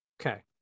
Okay